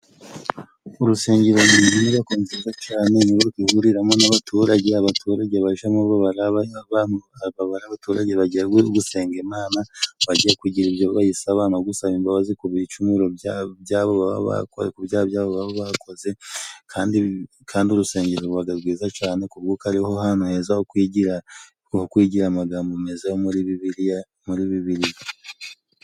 Urusengero ni inyubako nziza cyane, ni inyubako ihuriramo n'abaturage, abaturage bajemo baba ari abaturage bagiye gusenga Imana bagiye kugira ibyo bayisaba no gusaba imbabazi ku bicumuro byabo byabo, ku byaha byabo bakoze, kandi kandi urusengero rubaga rwiza cyane kubwo kuko ariho hantu heza ho kwigira kwigira amagambo meza yo muri Bibiliya muri Bibiliya.